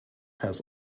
has